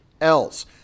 else